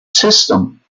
system